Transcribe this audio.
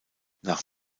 nach